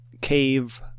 cave